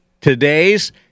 today's